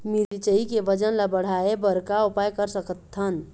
मिरचई के वजन ला बढ़ाएं बर का उपाय कर सकथन?